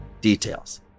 details